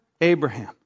Abraham